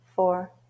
Four